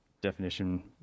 definition